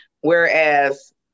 whereas